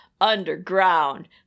underground